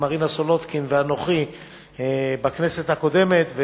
מרינה סולודקין ואנוכי בכנסת הקודמת,